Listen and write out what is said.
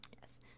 Yes